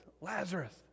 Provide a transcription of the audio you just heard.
Lazarus